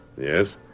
Yes